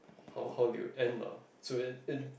how how they will end lah so it it